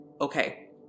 okay